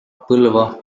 põlva